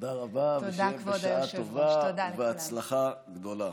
תודה רבה, ושיהיה בשעה טובה ובהצלחה גדולה.